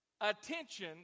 attention